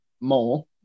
more